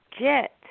Jet